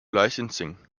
licensing